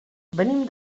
venim